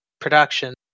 production